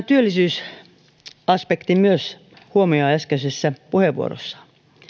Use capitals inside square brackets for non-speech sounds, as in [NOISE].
[UNINTELLIGIBLE] työllisyysaspektin huomioon äskeisessä puheenvuorossaan